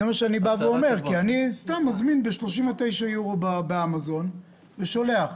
אני מזמין מערכת ב-39 אירו באמזון וזה נשלח אליי.